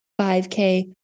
5K